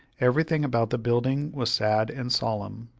everything about the building was sad and solemn.